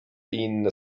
inne